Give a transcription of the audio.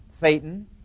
Satan